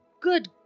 Good